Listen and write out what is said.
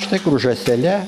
štai kur žąsele